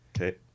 Okay